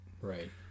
Right